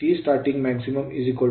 5V2x2